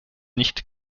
nicht